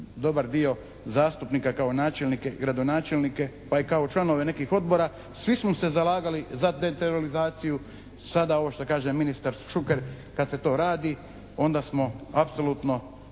dobar dio zastupnika kao načelnike, gradonačelnike, pa i kao članove nekih odbora, svi smo se zalagali za decentralizaciju. Sada ovo što kaže ministar Šuker kad se to radi, onda smo apsolutno